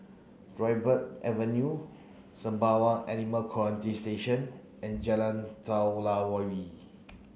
Dryburgh Avenue Sembawang Animal Quarantine Station and Jalan